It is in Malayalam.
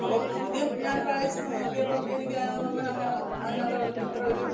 അപ്പം ആദ്യം ഞാൻ വായിച്ചു നോക്കിയപ്പം എനിക്കതങ്ങനങ്ങോട്ട് അതിനകത്തോടതത്ര ഒരു